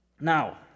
Now